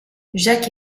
jacques